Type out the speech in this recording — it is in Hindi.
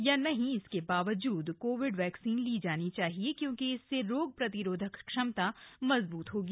या नहीं इसके बावजूद कोविड वक्तसीन ली जानी चाहिए क्योंकि इससे रोग प्रतिरोधक क्षमता मज़बूत होगी